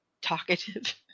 talkative